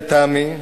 לטעמי,